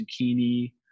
zucchini